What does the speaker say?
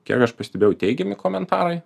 kiek aš pastebėjau teigiami komentarai